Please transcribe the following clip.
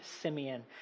Simeon